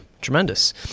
tremendous